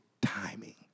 timing